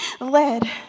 led